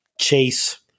Chase